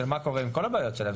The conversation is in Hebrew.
לגבי מה שקורה עם כל הבעיות שלהם,